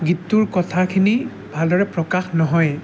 গীতটোৰ কথাখিনি ভালদৰে প্ৰকাশ নহয়েই